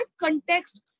context